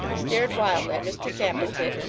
stared wildly at mr tappertit,